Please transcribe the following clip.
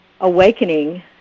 awakening